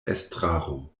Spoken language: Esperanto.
estraro